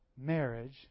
marriage